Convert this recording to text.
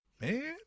man